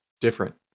different